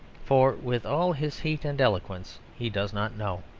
for with all his heat and eloquence he does not know.